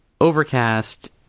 Overcast